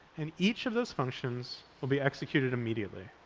and each of those functions will be executed immediately.